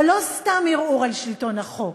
אבל לא סתם ערעור על שלטון החוק.